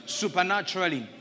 supernaturally